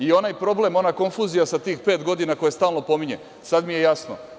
I onaj problem, ona konfuzija sa tih pet godina, koje stalno pominje, sad mi je jasno.